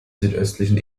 südöstlichen